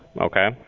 Okay